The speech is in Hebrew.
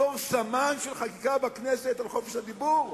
בתור סמן של חקיקה בכנסת על חופש הדיבור?